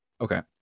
Okay